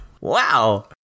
Wow